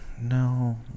No